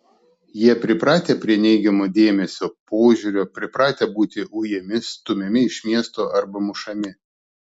jie pripratę prie neigiamo dėmesio požiūrio pripratę būti ujami stumiami iš miesto arba mušami